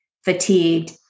fatigued